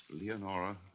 Leonora